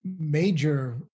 major